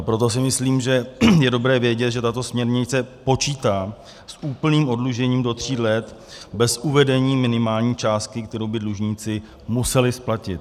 Proto si myslím, že je dobré vědět, že tato směrnice počítá s úplným oddlužením do tří let bez uvedení minimální částky, kterou by dlužníci museli splatit.